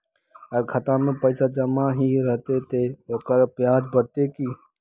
अगर खाता में पैसा जमा ही रहते ते ओकर ब्याज बढ़ते की?